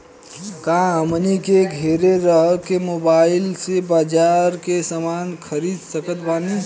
का हमनी के घेरे रह के मोब्बाइल से बाजार के समान खरीद सकत बनी?